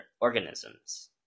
organisms